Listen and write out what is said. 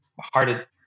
harder